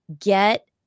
get